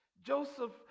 Joseph